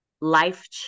life